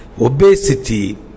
obesity